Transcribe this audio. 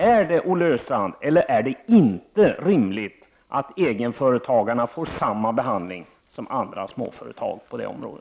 Är det, Olle Östrand, eller är det inte rimligt att egenföretagarna får samma behandling som andra småföretag på detta område?